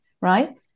right